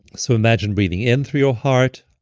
so imagine breathing in through your heart,